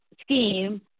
scheme